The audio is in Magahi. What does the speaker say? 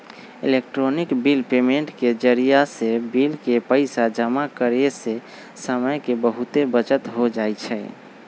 इलेक्ट्रॉनिक बिल पेमेंट के जरियासे बिल के पइसा जमा करेयसे समय के बहूते बचत हो जाई छै